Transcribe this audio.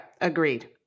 Agreed